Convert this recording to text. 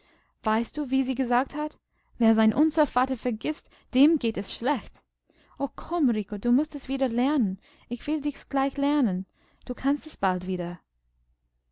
weißt du wie sie gesagt hat wer sein unser vater vergißt dem geht es schlecht o komm rico du mußt es wieder lernen ich will dich's gleich lehren du kannst es bald wieder